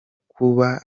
kuba